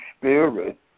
Spirit